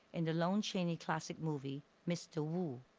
in the lon chaney classic movie mr. wu.